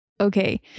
Okay